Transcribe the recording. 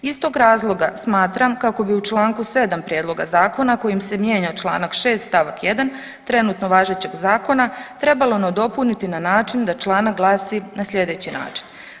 Iz tog razloga smatram kako bi u Članku 7. prijedloga zakona kojim se mijenja Članak 6. stavak 1. trenutno važećeg zakona trebalo nadopuniti na način da članak glasi na slijedeći način.